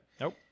Nope